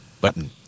button